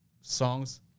songs